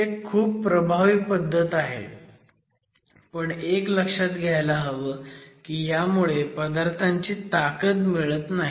ही एक खूप प्रभावी पद्धत आहे पण एक लक्षात घ्यायला हवं की ह्यामुळे पदार्थांची ताकद मिळत नाही